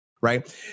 right